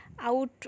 out